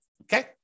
okay